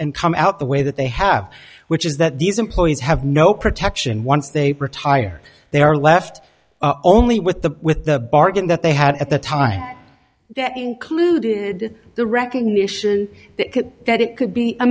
and come out the way that they have which is that these employees have no protection once they retire they are left only with the with the bargain that they had at the time that included the recognition that it could be a